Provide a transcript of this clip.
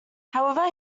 however